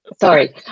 sorry